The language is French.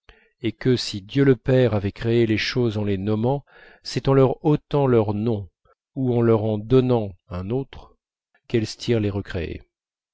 et que si dieu le père avait créé les choses en les nommant c'est en leur ôtant leur nom ou en leur en donnant un autre qu'elstir les recréait